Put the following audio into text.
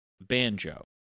banjo